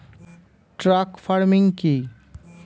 Truck farming কি?